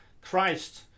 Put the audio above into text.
Christ